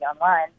online